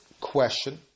question